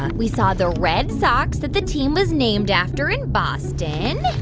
we saw the red socks that the team was named after in boston.